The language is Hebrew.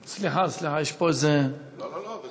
סליחה, סליחה, יש פה איזה, לא, לא, לא.